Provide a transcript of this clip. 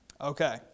Okay